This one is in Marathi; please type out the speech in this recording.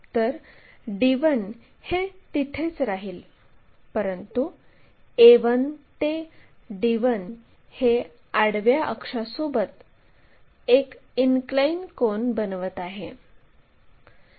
तर d1 हे तिथेच राहील परंतु a1 ते d1 हे आडव्या अक्षासोबत एक इनक्लाइन कोन बनवित आहे